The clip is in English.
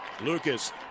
Lucas